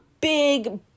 big